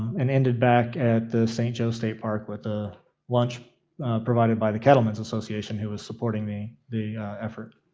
and ended back at the st. joe state part with a lunch provided by the cattleman's association who was supporting the the effort.